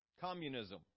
communism